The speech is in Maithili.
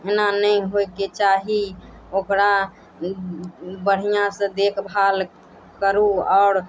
एना नहि होइके चाही ओकरा बढ़िऑं सऽ देखभाल करू आओर